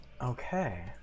Okay